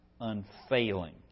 unfailing